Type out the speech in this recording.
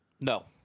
No